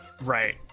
right